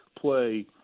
play